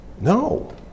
No